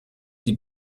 die